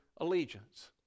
allegiance